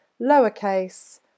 lowercase